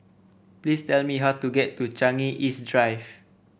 please tell me how to get to Changi East Drive